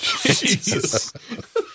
Jesus